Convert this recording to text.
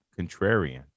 contrarian